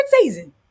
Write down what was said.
season